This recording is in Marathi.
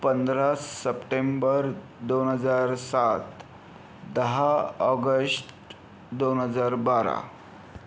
पंधरा सप्टेंबर दोन हजार सात दहा ऑगस्ट दोन हजार बारा